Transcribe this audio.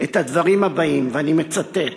את הדברים הבאים, ואני מצטט: